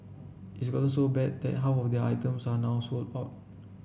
it's gotten so bad that half of their items are now sold out